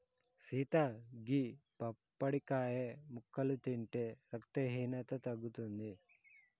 సీత గీ పప్పడికాయ ముక్కలు తింటే రక్తహీనత తగ్గుతుంది